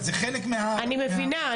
אבל זה חלק --- אני מבינה,